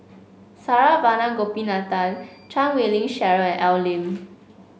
Saravanan Gopinathan Chan Wei Ling Cheryl and Al Lim